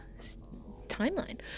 timeline